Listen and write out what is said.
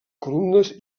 columnes